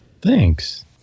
Thanks